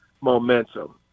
momentum